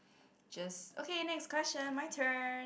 just okay next question my turn